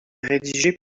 rédigées